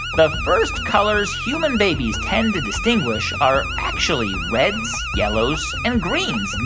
the first colors human babies tend to distinguish are actually reds, yellows and greens,